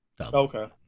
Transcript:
Okay